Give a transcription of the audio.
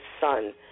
son